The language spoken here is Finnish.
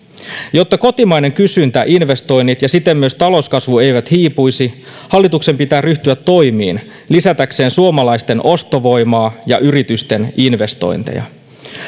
jotta kotimainen kysyntä investoinnit ja siten myös talouskasvu eivät hiipuisi hallituksen pitää ryhtyä toimiin lisätäkseen suomalaisten ostovoimaa ja yritysten investointeja